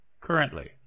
currently